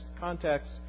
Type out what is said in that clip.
context